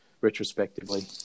retrospectively